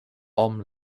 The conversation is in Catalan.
hom